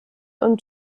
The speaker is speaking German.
und